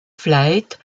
flight